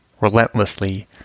Relentlessly